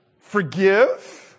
forgive